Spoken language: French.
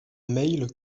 mail